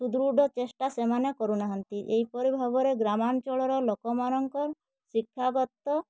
ସୁଦୃଢ଼ ଚେଷ୍ଟା ସେମାନେ କରୁନାହାଁନ୍ତି ଏହିପରି ଭାବରେ ଗ୍ରାମାଞ୍ଚଳର ଲୋକମାନଙ୍କ ଶିକ୍ଷାଗତ